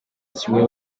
kimwe